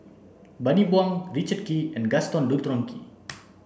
Bani Buang Richard Kee and Gaston Dutronquoy